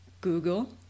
Google